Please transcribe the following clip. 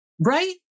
right